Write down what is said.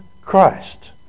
Christ